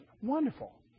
Wonderful